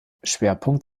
schwerpunkt